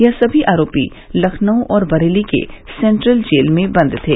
यह सभी आरोपी लखनऊ और बरेली के सेन्ट्रल जेल में बंद थे